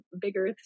bigger